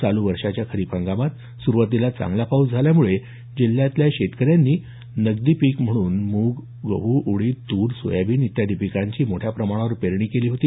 चालू वर्षाच्या खरीप हंगामात सुरुवातीत चांगला पाऊस झाल्यामुळे जिल्ह्यातल्या शेतकऱ्यांनी नगदी पीक म्हणून मूग गहू उडीद तुर सोयाबीन इत्यादी पिकांचा मोठ्या प्रमाणात पेरणी केली होती